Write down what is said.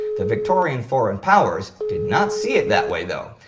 the victorious foreign powers did not see it that way, though.